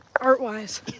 art-wise